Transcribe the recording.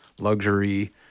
luxury